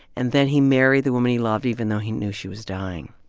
and then he married the woman he loved even though he knew she was dying.